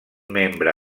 membre